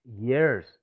years